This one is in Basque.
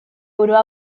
burua